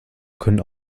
können